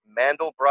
Mandelbrot